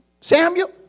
Samuel